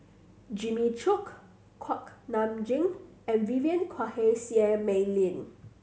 Jimmy Chok Kuak Nam Jin and Vivien Quahe Seah Mei Lin